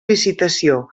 licitació